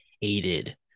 hated